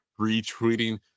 retweeting